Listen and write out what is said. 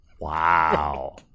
Wow